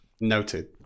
Noted